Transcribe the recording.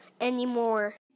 anymore